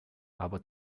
aber